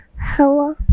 Hello